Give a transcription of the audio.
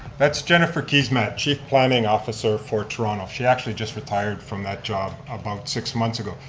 that's jennifer keesmaat, chief planning officer for toronto. she actually just retired from that job about six months ago.